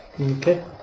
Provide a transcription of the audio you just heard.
Okay